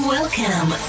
Welcome